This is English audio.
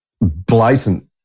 Blatant